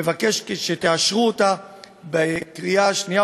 אני מבקש שתאשרו אותה בקריאה שנייה